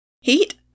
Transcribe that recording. heat